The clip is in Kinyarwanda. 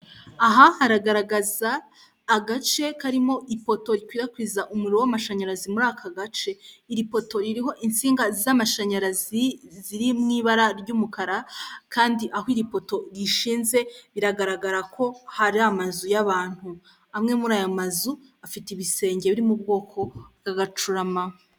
Aha haragaragaza agace karimo ifoto ikwirakwiza umuriro w'amashanyarazi muri aka gace, iri poto ririho insinga z'amashanyarazi ziri mu ibara ry'umukara kandi aho ipoto rishinze biragaragara ko hari amazu y'abantu, amwe muri aya mazu afite ibisenge biri mu bwoko bw'agacurama.